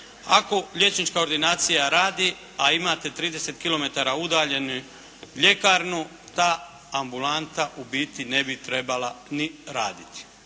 ako liječnička ordinacija radi a imate 30 km udaljenu ljekarnu ta ambulanta u biti ne bi trebala ni raditi.